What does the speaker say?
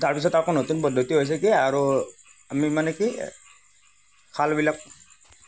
তাৰ পিছত আকৌ নতুন পদ্ধতি হৈছে কি আৰু আমি মানে কি খালবিলাক